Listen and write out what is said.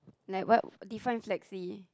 like what define flexi